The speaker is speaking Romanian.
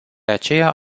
aceea